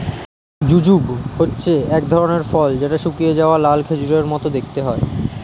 jujube হচ্ছে এক ধরনের ফল যেটা শুকিয়ে যাওয়া লাল খেজুরের মত দেখতে হয়